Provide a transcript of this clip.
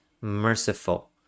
merciful